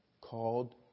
called